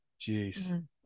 Jeez